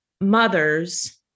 mothers